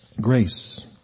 Grace